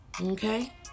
Okay